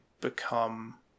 become